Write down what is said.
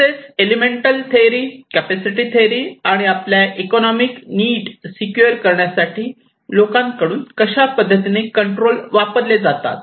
तसेच entitlement theory capacity theory आणि आपल्या एकोनोमिक नीड सिक्युअर करण्यासाठी लोकांकडून कशा पद्धतीने कंट्रोल वापरले जातात